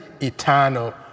eternal